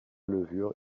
levure